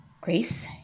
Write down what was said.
Grace